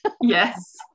Yes